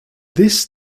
this